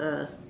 uh